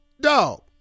Dog